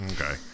okay